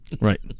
Right